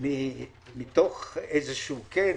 מתוך קן